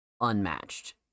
unmatched